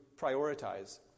prioritize